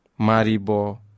maribo